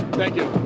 thank yo